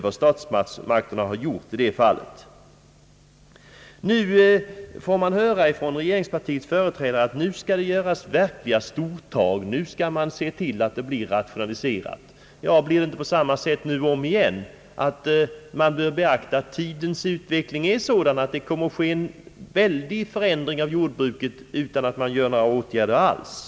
Vad statsmakterna har gjort i det fallet har betytt mycket litet. Från regeringspartiets företrädare får vi höra att nu skall det tas verkliga stortag, nu skall man se till att jordbruket blir rationaliserat. Bör vi då inte beakta att tidens utveckling är sådan att det kommer att bli en kraftig förändring av jordbruket utan att man vidtager några åtgärder alls?